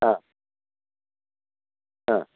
ആ ആ